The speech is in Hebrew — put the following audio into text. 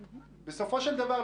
בסופו של דבר,